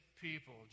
people